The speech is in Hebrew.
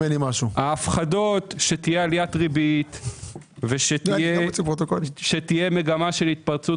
ההפחדות שתהיה עליית ריבית ושתהיה מגמה של התפרצות